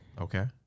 Okay